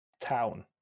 town